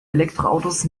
elektroautos